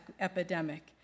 epidemic